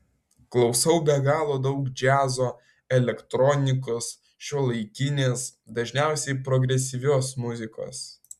klausau be galo daug džiazo elektronikos šiuolaikinės dažniausiai progresyvios muzikos